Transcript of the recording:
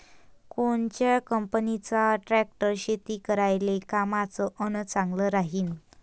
कोनच्या कंपनीचा ट्रॅक्टर शेती करायले कामाचे अन चांगला राहीनं?